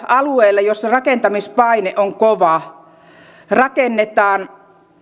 alueille joissa rakentamispaine on kova rakennetaan